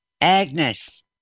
agnes